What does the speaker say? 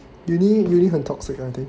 uni uni 很 toxic I think